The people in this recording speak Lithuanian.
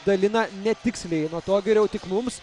dalina netiksliai nuo to geriau tik mums